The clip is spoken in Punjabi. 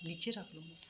ਨੀਚੇ ਰੱਖ ਲਓ ਫੋਨ